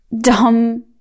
dumb